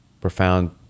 profound